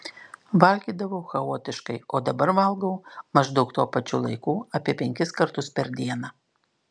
valgydavau chaotiškai o dabar valgau maždaug tuo pačiu laiku apie penkis kartus per dieną